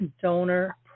donor